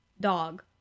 dog